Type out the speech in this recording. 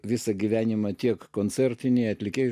visą gyvenimą tiek koncertiniai atlikėjai